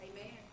Amen